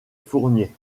fournier